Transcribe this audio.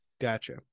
gotcha